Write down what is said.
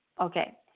okay